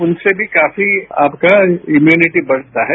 उनसे भी काफी आपका इम्युनिटी बढ़ता है